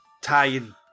tying